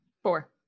Four